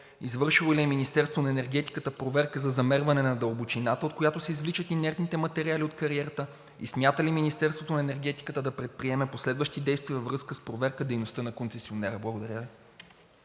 извършило ли е Министерството на енергетиката проверка за замерване на дълбочината, от която се извличат инертните материали от кариерата и смята ли Министерството на енергетиката да предприеме последващи действия във връзка с проверка на дейността на концесионера? Благодаря Ви.